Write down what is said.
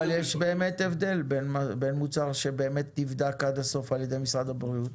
אבל יש באמת הבדל בין מוצר שבאמת נבדק עד הסוף על ידי משרד הבריאות